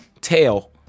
tail